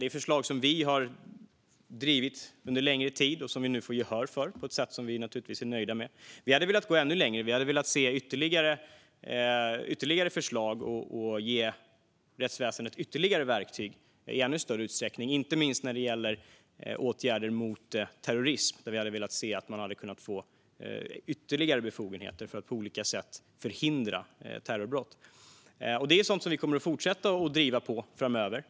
Det handlar om förslag som Sverigedemokraterna har drivit under längre tid och som vi nu får gehör för på ett sätt som vi naturligtvis är nöjda med, även om vi hade velat gå ännu längre. Vi hade velat se ytterligare förslag och ge rättsväsendet ytterligare verktyg och befogenheter, inte minst när det gäller åtgärder mot terrorism och terrorbrott. Detta är sådant som vi kommer att fortsätta att driva framöver.